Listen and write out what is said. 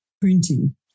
printing